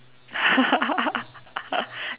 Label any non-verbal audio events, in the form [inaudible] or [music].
[laughs]